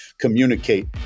communicate